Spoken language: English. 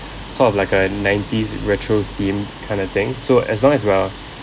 sort of like a nineties retro theme kind of thing so as long as we are